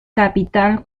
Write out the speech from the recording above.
capital